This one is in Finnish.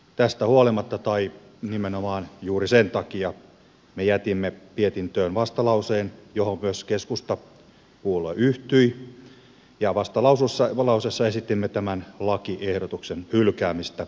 tästä huolimatta tai nimenomaan juuri sen takia me jätimme mietintöön vastalauseen johon myös keskustapuolue yhtyi ja vastalauseessa esitimme tämän lakiehdotuksen hylkäämistä